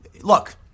Look